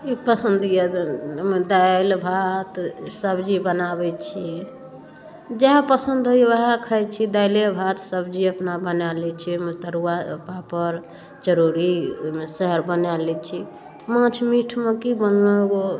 ई पसन्द यऽ दालि भात सब्जी बनाबैत छी जहए पसन्द होइए ओहे खाइत छी दाले भात सब्जी अपना बना लै छी ओहिमे तरुआ पापड़ चरौड़ी ओहिमे सहए बनाय लै छी माछ मीठमे की बनेलहुँ एगो